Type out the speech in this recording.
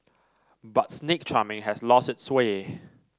but snake charming has lost its sway